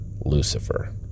Lucifer